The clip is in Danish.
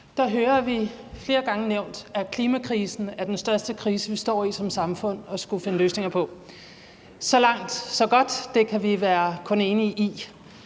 tale hører vi flere gange nævnt, at klimakrisen er den største krise, vi står i som samfund og skal finde løsninger på. Så langt, så godt – det kan vi kun være enige i.